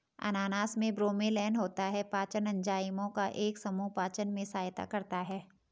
अनानास में ब्रोमेलैन होता है, पाचन एंजाइमों का एक समूह पाचन में सहायता करता है